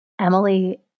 Emily